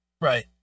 Right